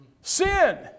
Sin